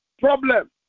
problem